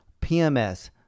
PMS